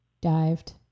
dived